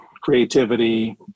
creativity